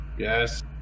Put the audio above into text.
Yes